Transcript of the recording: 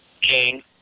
King